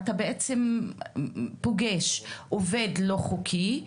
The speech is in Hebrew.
אתה בעצם פוגש עובד לא חוקי,